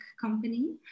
company